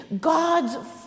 God's